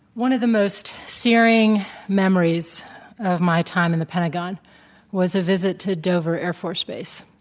one of the most searing memories of my time in the pentagon was a visit to dover air force base.